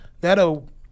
that'll